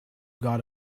got